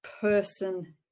person